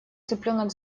цыпленок